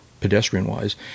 pedestrian-wise